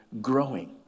growing